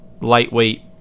lightweight